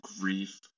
grief